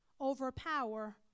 overpower